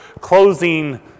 closing